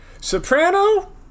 Soprano